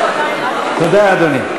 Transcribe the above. תודה, אדוני.